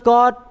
God